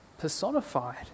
personified